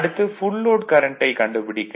அடுத்து full load கரண்ட்டை கண்டுபிடிக்க 2